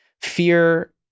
fear